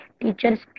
teachers